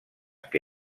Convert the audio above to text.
que